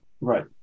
Right